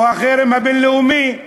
או החרם הבין-לאומי.